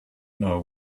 know